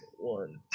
One